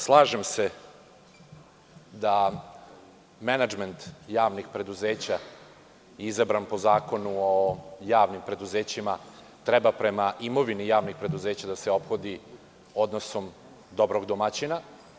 Slažem se da menadžment javnih preduzeća je izabran po Zakonu o javnim preduzećima i treba prema imovini javnih preduzeća da se ophodi odnosom dobrog domaćina.